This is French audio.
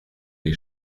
les